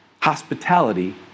hospitality